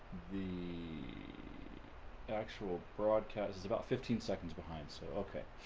the actual broadcast is about fifteen seconds behind so, okay.